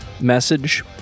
message